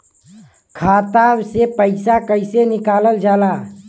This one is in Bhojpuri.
खाता से पैसा कइसे निकालल जाला?